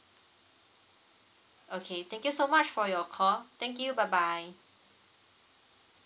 okay thank you so much for your call thank you bye bye